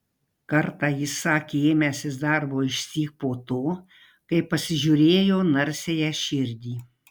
kartą jis sakė ėmęsis darbo išsyk po to kai pasižiūrėjo narsiąją širdį